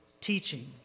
teaching